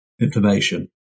information